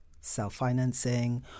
self-financing